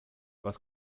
was